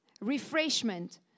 refreshment